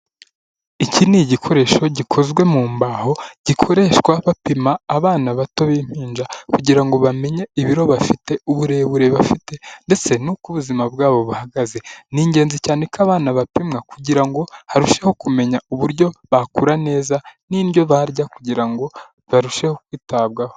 Iki ni igikoresho gikozwe mu mbaho, gikoreshwa bapima abana bato b'impinja , kugira ngo bamenye ibiro bafite, uburebure bafite ndetse n'uko ubuzima bwabo buhagaze. Ni ingenzi cyane ko abana bapimwa, kugira ngo barusheho kumenya uburyo bakura neza n'indyo barya kugira ngo barusheho kwitabwaho.